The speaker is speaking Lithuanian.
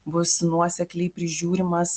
bus nuosekliai prižiūrimas